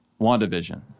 WandaVision